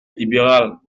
libérales